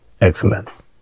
excellence